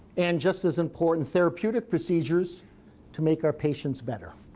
and, just as important, therapeutic procedures to make our patients better.